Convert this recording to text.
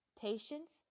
patience